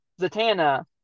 Zatanna